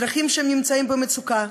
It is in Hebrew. אזרחים שנמצאים במצוקה,